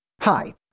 Hi